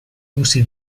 usi